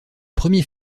premier